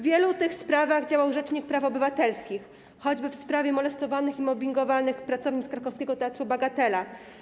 W wielu tych sprawach działał rzecznik praw obywatelskich, choćby w sprawie molestowanych i mobbingowanych pracownic krakowskiego Teatru Bagatela.